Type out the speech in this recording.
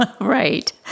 Right